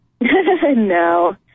No